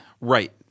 Right